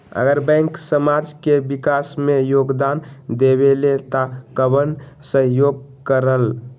अगर बैंक समाज के विकास मे योगदान देबले त कबन सहयोग करल?